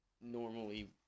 normally